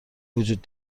وجود